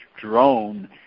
drone